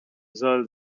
soll